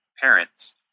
parents